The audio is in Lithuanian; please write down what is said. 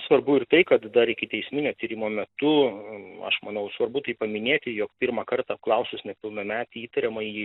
svarbu ir tai kad dar ikiteisminio tyrimo metu aš manau svarbu tai paminėti jog pirmą kartą apklausus nepilnametį įtariamąjį